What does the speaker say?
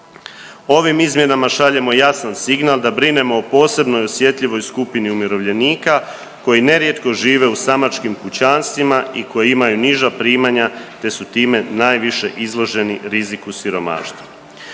Ovim izmjenama šaljemo jasan signal da brinemo po posebno osjetljivoj skupini umirovljenika koji nerijetko žive u samačkim kućanstvima i koji imaju niža primanja te su time najviše izloženi riziku siromaštva.